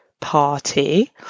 party